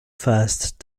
fast